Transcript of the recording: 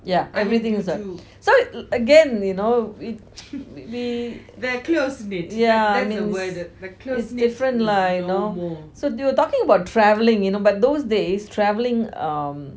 yeah everything is done so again you know it's we yeah means it's different lah you know so you know they were talking about travelling but you know those days travelling um